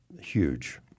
huge